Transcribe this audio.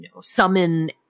summon